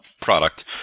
product